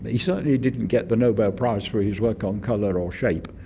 he certainly didn't get the nobel prize for his work on colour or shape.